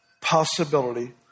possibility